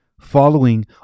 Following